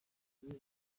shaddy